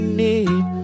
need